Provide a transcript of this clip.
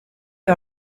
you